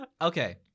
okay